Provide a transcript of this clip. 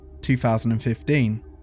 2015